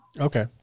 Okay